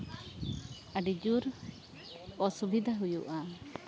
ᱟᱹᱰᱤᱡᱳᱨ ᱚᱥᱩᱵᱤᱫᱟ ᱦᱩᱭᱩᱜᱼᱟ